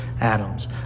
Adams